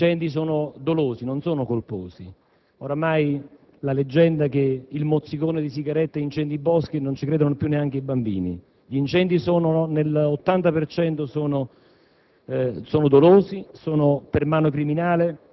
di colpire appunto le mani criminali. Gli incendi sono dolosi, non sono colposi. Ormai alla leggenda che il mozzicone di sigaretta incendia i boschi non ci credono più neanche i bambini: gli incendi sono per l'80 per